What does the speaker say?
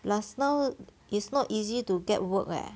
plus now it's not easy to get work eh